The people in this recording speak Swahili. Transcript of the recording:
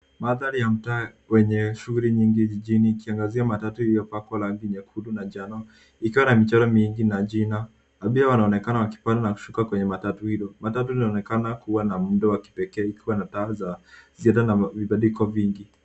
Mandhari ya mtaa wenye shughuli nyingi jijini ikiangazia matatu iliyopakwa rangi nyekundu na njano ikiwa na michoro mingi na jina. Abiria wanaonekana wakipanda na kushuka kwenye matatu hilo. Matatu inaonekana kuwa na muundo wa kipekee likiwa na taa zilizo na vibandiko vingi.